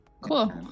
Cool